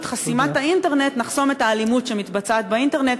חסימת האינטרנט נחסום את האלימות שמתבצעת באינטרנט.